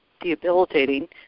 debilitating